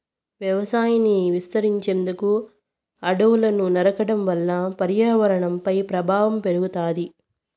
వ్యవసాయాన్ని విస్తరించేందుకు అడవులను నరకడం వల్ల పర్యావరణంపై ప్రభావం పడుతాది